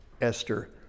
Esther